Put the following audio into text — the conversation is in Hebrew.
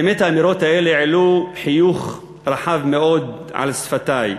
באמת האמירות האלה העלו חיוך רחב מאוד על שפתי.